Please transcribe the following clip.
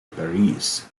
paris